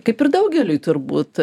kaip ir daugeliui turbūt